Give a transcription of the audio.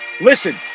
Listen